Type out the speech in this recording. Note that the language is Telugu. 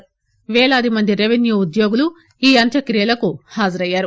అంతకుముందు పేలాది మంది రెవిన్యూ ఉద్యోగులు ఈ అంత్యక్రియలకు హాజరయ్యారు